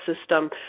system